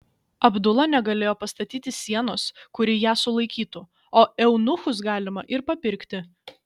abdula negalėjo pastatyti sienos kuri ją sulaikytų o eunuchus galima ir papirkti